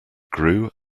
grew